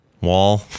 wall